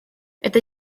это